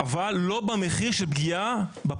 מחדל הטיפול בפסולת בנייה,